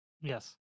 Yes